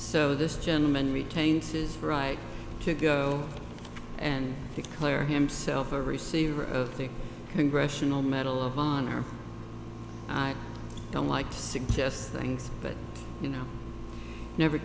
so this gentleman retains his friday to go and declare himself a receiver of the congressional medal of honor i don't like to suggest things but you know you never